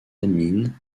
amine